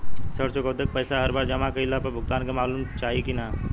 ऋण चुकौती के पैसा हर बार जमा कईला पर भुगतान के मालूम चाही की ना?